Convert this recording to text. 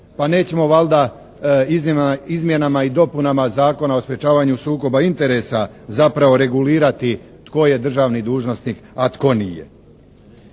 Pa nećemo valjda izmjenama i dopunama Zakona o sprečavanju sukoba interesa zapravo regulirati tko je državni dužnosnik, a tko nije?